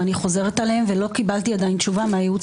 ואני חוזרת עליהם ועדיין לא קיבלתי תשובה מהייעוץ